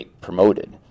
promoted